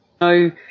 no